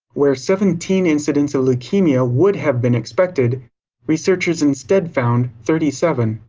where seventeen incidents leukemia would have been expected researchers instead found thirty seven.